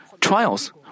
trials